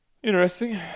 Interesting